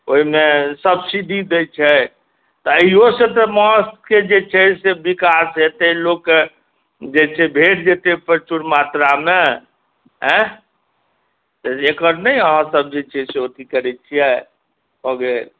ओहिमे सब्सिडी दै छै तऽ इहो से माछके जे छै से विकास हेतै लोकके जेतै प्रचुर मात्रामे ऐं तऽ एकर नहि अहाँ सभ जे चाही से ओतऽ एथी करै छियै भऽ गेल